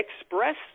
express